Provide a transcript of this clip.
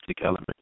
element